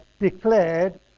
declared